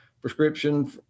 prescription